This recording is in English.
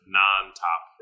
non-top